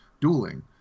dueling